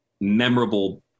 memorable